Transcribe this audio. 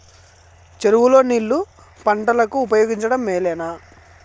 చెరువు లో నీళ్లు పంటలకు ఉపయోగించడం మేలేనా?